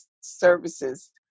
services